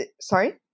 sorry